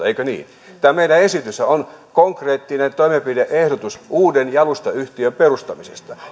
eikö niin tämä meidän esityksemmehän on konkreettinen toimenpide ehdotus uuden jalustayhtiön perustamisesta